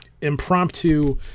impromptu